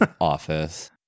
office